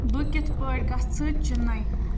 بہٕ کِتھٕ پٲٹھۍ گَژھٕ چِنّئی